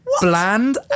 bland